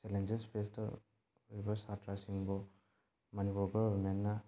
challenges face ꯇꯧꯔꯤꯕ ꯁꯥꯇ꯭ꯔꯁꯤꯡꯕꯨ ꯃꯅꯤꯄꯨꯔ ꯒꯣꯔꯃꯦꯟꯅ